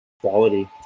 quality